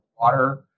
water